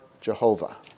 Jehovah